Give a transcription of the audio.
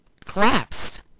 collapsed